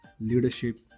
leadership